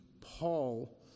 Paul